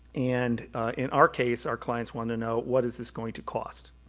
and in our case our clients want to know, what is this going to cost.